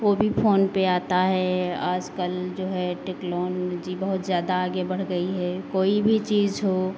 वो भी फ़ोन पे आता है आज़ कल जो है टेक्लॉनजी बहुत ज़्यादा आगे बढ़ गई है कोई भी चीज़ हो